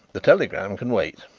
the telegram can wait.